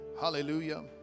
Hallelujah